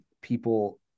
people